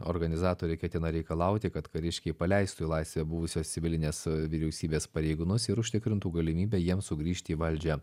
organizatoriai ketina reikalauti kad kariškiai paleistų į laisvę buvusios civilinės vyriausybės pareigūnus ir užtikrintų galimybę jiems sugrįžti į valdžią